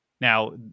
Now